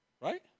Right